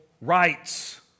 rights